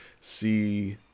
see